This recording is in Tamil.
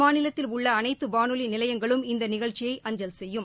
மாநிலத்தில் உள்ள அனைத்து வானொலி நிலையங்களும் இந்த நிகழ்ச்சியை அஞ்சல் செய்யும்